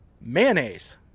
mayonnaise